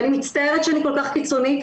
ואני מצטערת שאני כל כך קיצונית,